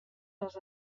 les